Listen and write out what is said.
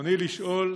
ברצוני לשאול: